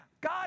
God